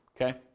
Okay